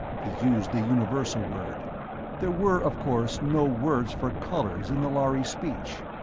he used the universal word there were, of course, no words for colors in the lhari speech.